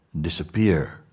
disappear